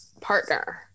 partner